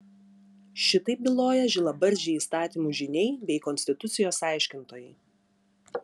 šitaip byloja žilabarzdžiai įstatymų žyniai bei konstitucijos aiškintojai